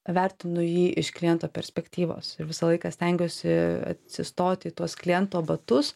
vertinu jį iš kliento perspektyvos ir visą laiką stengiuosi atsistoti į tuos kliento batus